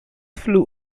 flew